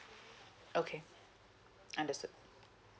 okay understood